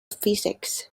physics